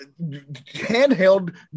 handheld